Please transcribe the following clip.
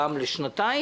וגם הוא יהיה לשנתיים,